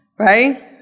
Right